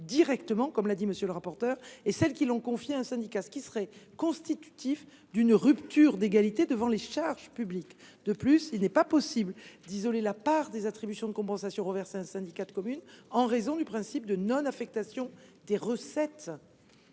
directement, comme l’a rappelé le rapporteur spécial, et celles qui l’ont confiée à un syndicat, ce qui serait constitutif d’une rupture d’égalité devant les charges publiques. De plus, il n’est pas possible d’isoler la part des attributions de compensation reversées à un syndicat de communes en raison du principe de non affectation des recettes